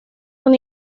una